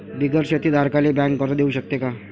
बिगर शेती धारकाले बँक कर्ज देऊ शकते का?